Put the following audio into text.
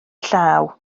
llaw